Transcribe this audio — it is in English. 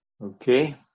Okay